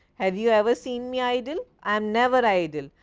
have you ever seen me idle? i am never idle.